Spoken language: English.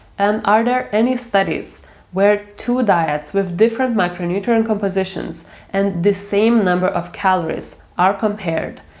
and are there any studies where two diets with different macronutrient compositions and the same number of calories are compared,